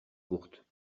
courtes